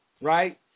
right